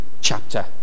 chapter